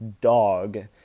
dog